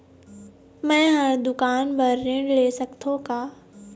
मैं हर दुकान बर ऋण ले सकथों का?